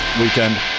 weekend